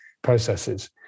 processes